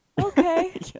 Okay